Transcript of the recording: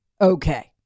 okay